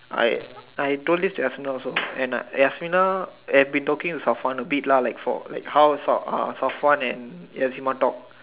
I I told this to just Haslina also and Haslina has been talking to a bit lah like for how uh Safwan and Yazima talk